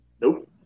Nope